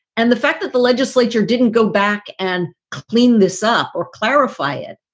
and the fact that the legislature didn't go back and clean this up or clarify it,